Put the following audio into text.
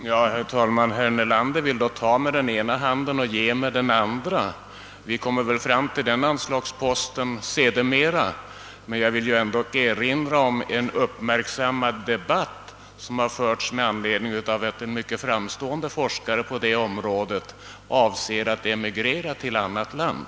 Herr talman! Herr Nelander vill tydligen ta med den ena handen och ge med den andra. Vi kommer till behandlingen av nämnda anslagspost litet senare; jag vill nu bara erinra om den mycket uppmärksammade debatt som förts med anledning av att en mycket framstående forskare på atomenergiområdet avser att emigrera till annat land.